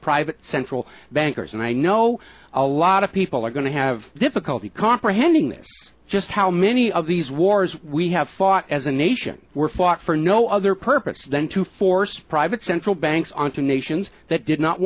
private central bankers and i know a lot of people are going to have difficulty comprehending this just how many of these wars we have fought as a nation were fought for no other purpose than to force private central banks onto nations that did not